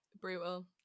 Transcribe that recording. brutal